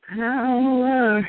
power